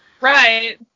Right